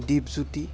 Dwipjyoti